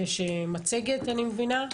בבקשה.